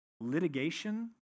litigation